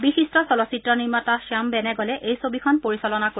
বিশিষ্ট চলচ্চিত্ৰ নিৰ্মাতা শ্যাম বেনেগালে এই ছবিখন পৰিচালনা কৰিব